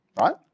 right